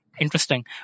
Interesting